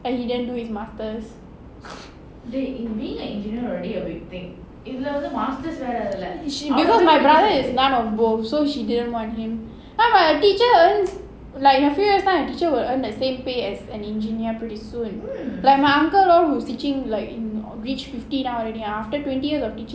and he didn't do his masters because my brother is none of both so she don't want him !huh! but a teacher earns like in a few years time a teacher will earn the same pay as an engineer pretty soon like my uncle all who is teaching in like reach fifty now already ah twenty years of teaching